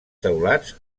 teulats